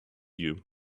you